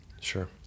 Sure